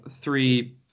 three